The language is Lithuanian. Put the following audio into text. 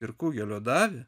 ir kugelio dar